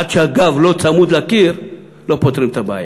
עד שהגב לא צמוד לקיר לא פותרים את הבעיה.